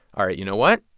all right you know what?